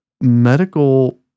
medical